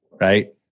right